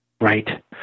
right